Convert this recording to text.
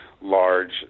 large